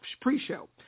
Pre-Show